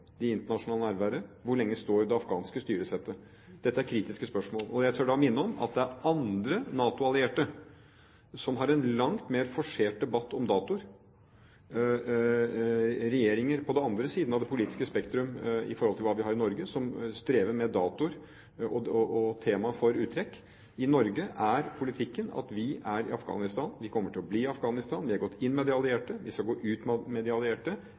internasjonale nærværet, hvor lenge står det afghanske styresettet. Dette er kritiske spørsmål. Jeg tør minne om at det er andre NATO-allierte som har en langt mer forsert debatt om datoer, at det er regjeringer på andre siden av det politiske spektrum enn hva vi har i Norge, som strever med datoer og tema for uttrekk. I Norge er politikken at vi er i Afghanistan, vi kommer til å bli i Afghanistan, vi er gått inn med de allierte, vi skal gå ut med de allierte